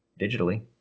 digitally